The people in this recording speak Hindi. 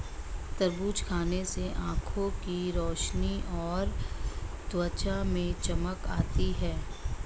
तरबूज खाने से आंखों की रोशनी और त्वचा में चमक आती है